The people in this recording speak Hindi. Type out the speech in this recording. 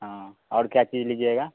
हाँ और क्या चीज़ लीजिएगा